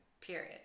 period